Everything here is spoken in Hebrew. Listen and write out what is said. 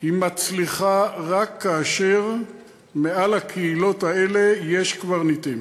היא מצליחה רק כאשר מעל הקהילות האלה יש קברניטים,